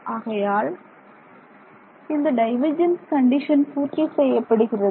ஆகையால் இந்த divergence condition பூர்த்தி செய்யப்படுகிறது